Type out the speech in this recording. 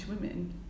women